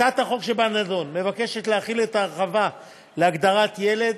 הצעת החוק שבנדון מבקשת להחיל את ההרחבה להגדרת "ילד",